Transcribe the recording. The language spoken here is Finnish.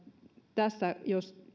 tässä jos